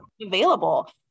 available